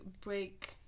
break